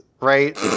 right